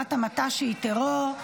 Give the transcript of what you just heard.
בעבירת המתה שהיא מעשה טרור),